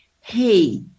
Hey